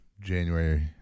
January